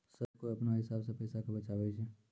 सभ्भे कोय अपनो हिसाब से पैसा के बचाबै छै